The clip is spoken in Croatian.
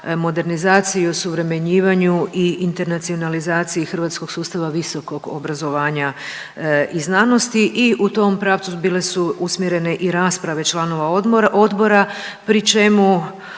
modernizaciji i osuvremenjivanju i internacionalizaciji hrvatskog sustava visokog obrazovanja i znanosti i u tom pravcu bile su usmjerene i rasprave članova Odbora pri čemu